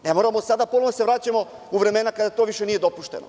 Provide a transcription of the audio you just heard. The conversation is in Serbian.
Ne moramo sada ponovo da se vraćamo u vremena kada to više nije dopušteno.